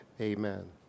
Amen